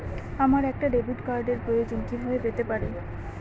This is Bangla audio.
আমার একটা ডেবিট কার্ডের প্রয়োজন কিভাবে পেতে পারি?